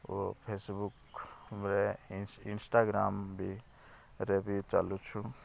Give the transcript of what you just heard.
ଓ ଫେସବୁକ୍ରେ ଇନ୍ଷ୍ଟାଗ୍ରାମ୍ ବି ରେ ବି ଚାଲୁଛୁ